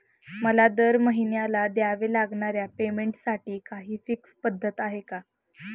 मला दरमहिन्याला द्यावे लागणाऱ्या पेमेंटसाठी काही फिक्स पद्धत आहे का?